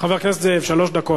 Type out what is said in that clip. חבר הכנסת זאב, שלוש דקות.